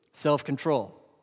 self-control